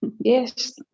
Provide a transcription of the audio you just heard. Yes